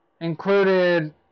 included